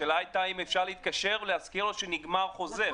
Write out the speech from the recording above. השאלה הייתה אם אפשר להתקשר להזכיר לו שנגמר החוזה,